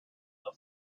lie